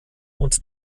und